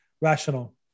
rational